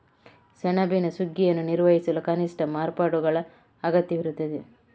ಸೆಣಬಿನ ಸುಗ್ಗಿಯನ್ನು ನಿರ್ವಹಿಸಲು ಕನಿಷ್ಠ ಮಾರ್ಪಾಡುಗಳ ಅಗತ್ಯವಿರುತ್ತದೆ